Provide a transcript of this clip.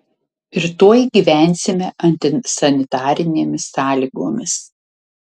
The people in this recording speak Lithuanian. ir tuoj gyvensime antisanitarinėmis sąlygomis